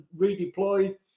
redeployed